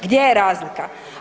Gdje je razlika?